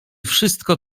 wszystko